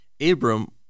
Abram